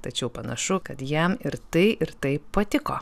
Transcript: tačiau panašu kad jam ir tai ir tai patiko